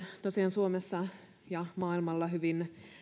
suomessa ja maailmalla hyvin